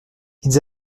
ils